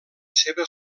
seva